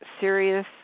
serious